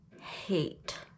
hate